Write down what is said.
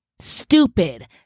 Stupid